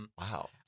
Wow